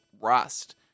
rust